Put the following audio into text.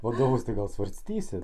vadovus tai gal svarstysit